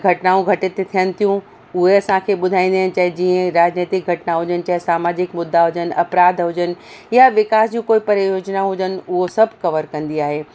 घटनाऊं घटित थियनि थियूं उहे असांखे ॿुधाईंदा आहिनि चाहे जीअं राजनैतिक घटनाऊं हुजनि चाहे सामाजिक मुदा हुजनि अपराध हुजनि या विकास जूं कोई परयोजना हुजनि उहे सभु कवर कंदी आहे